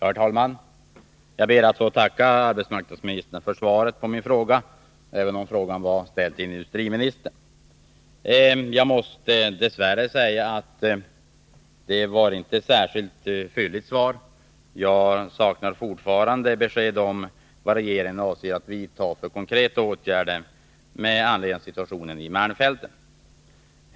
Herr talman! Jag ber att få tacka arbetsmarknadsministern för svaret på min fråga, även om frågan var ställd till industriministern. Jag måste dess värre säga att svaret inte var särskilt fylligt. Jag saknar fortfarande besked om vad regeringen avser att vidta för konkreta åtgärder med anledning av situationen i malmfälten.